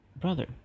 brother